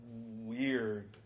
weird